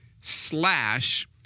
slash